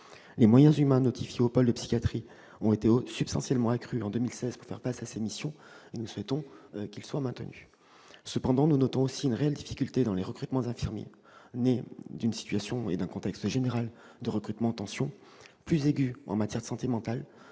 Les moyens humains notifiés au pôle de psychiatrie ont été substantiellement accrus en 2016 pour faire face à ces missions. Nous souhaitons qu'ils soient maintenus. Cependant, on note une réelle difficulté dans les recrutements d'infirmiers. Cette situation est née d'un contexte général de recrutements en tension. Le problème est encore